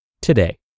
Today